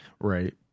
Right